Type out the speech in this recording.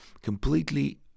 completely